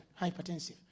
hypertensive